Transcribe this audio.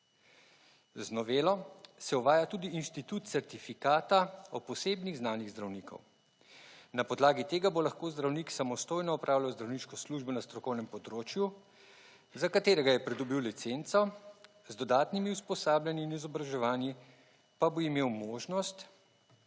Z novelo se uvaja tudi inštitut certifikata o posebnih znanjih zdravnikov. Na podlagi tega bo lahko zdravnik samostojno opravljal zdravniško službo na strokovnem področju za katerega je pridobil licenco z dodatnimi usposabljanji in izobraževanji pa bo imel možnost